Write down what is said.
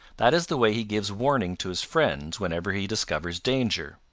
that is the way he gives warning to his friends whenever he discovers danger.